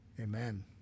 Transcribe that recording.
amen